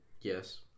yes